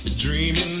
Dreaming